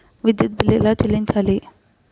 విద్యుత్ బిల్ ఎలా చెల్లించాలి?